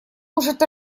может